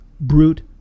brute